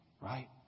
Right